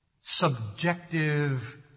subjective